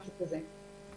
משהו כזה.